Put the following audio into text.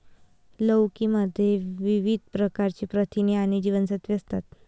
लौकी मध्ये विविध प्रकारची प्रथिने आणि जीवनसत्त्वे असतात